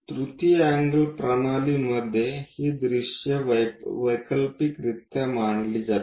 तृतीय अँगल प्रणालीमध्ये ही दृश्ये वैकल्पिकरित्या मांडली जातील